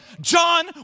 John